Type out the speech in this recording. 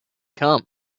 come